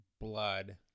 blood